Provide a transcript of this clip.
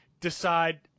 decide